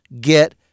Get